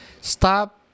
stop